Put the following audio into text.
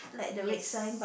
yes